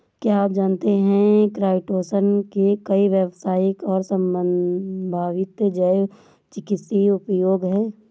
क्या आप जानते है काइटोसन के कई व्यावसायिक और संभावित जैव चिकित्सीय उपयोग हैं?